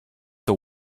have